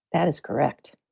that is correct.